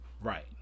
Right